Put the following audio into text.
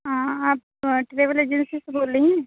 ہاں آپ travel agency سے بول رہی ہیں